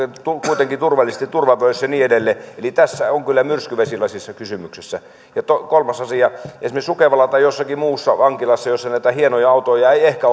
kuitenkin turvallisesti turvavöissä ja niin edelleen eli tässä on kyllä myrsky vesilasissa kysymyksessä kolmas asia kun esimerkiksi sukevalla tai jossakin muussa vankilassa näitä hienoja autoja ei ehkä